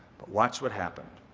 watch what happened.